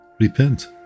Repent